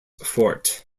forte